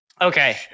Okay